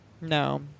No